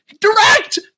direct